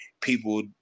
people